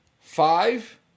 Five